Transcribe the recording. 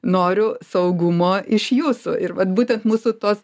noriu saugumo iš jūsų ir vat būtent mūsų tos